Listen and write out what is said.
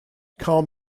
calm